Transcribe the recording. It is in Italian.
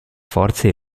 forza